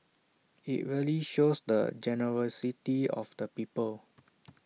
IT really shows the generosity of the people